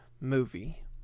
movie